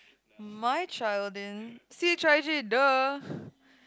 my child in c_h_i_j the